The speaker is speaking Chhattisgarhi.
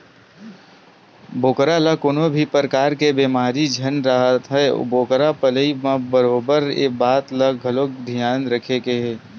बोकरा ल कोनो भी परकार के बेमारी झन राहय बोकरा पलई म बरोबर ये बात ल घलोक धियान रखे के हे